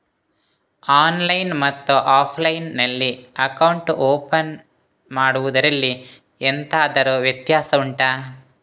online ಮತ್ತು offline ನಲ್ಲಿ account open ಮಾಡುವುದರಲ್ಲಿ ಎಂತಾದರು ವ್ಯತ್ಯಾಸ ಉಂಟಾ